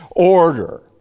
order